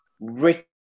rich